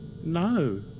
no